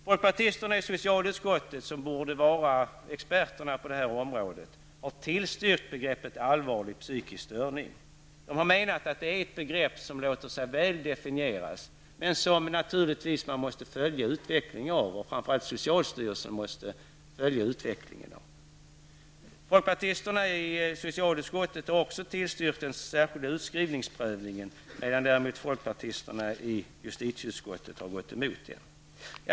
Folkpartisterna i socialutskottet, som borde vara experterna på det här området, har tillstyrkt begreppet allvarlig psykisk störning. De har menat att det är ett begrepp som låter sig väl definieras men som naturligtvis framför allt socialstyrelsen måste följa utvecklingen av. Folkpartisterna i socialutskottet har också tillstyrkt den särskilda utskrivningsprövningen, medan folkpartisterna i justitieutskottet har gått emot det förslaget.